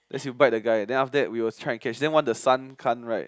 as you bite the guy then after that we'll try and catch then once the sun come right